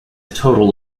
total